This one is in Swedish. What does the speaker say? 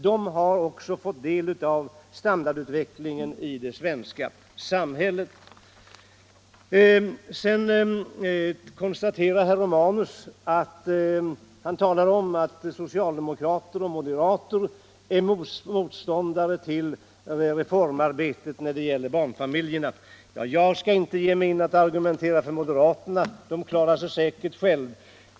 Även de har fått del av standardförbättringen i det svenska samhället. Sedan talade herr Romanus om att socialdemokrater och moderater är motståndare till reformarbetet när det gäller barnfamiljerna. Jag skall inte argumentera för moderaterna. De klarar sig säkert själva.